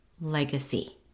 legacy